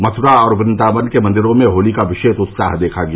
मथुरा और वृन्दावन के मंदिरो में होली का विशेष उत्साह देखा गया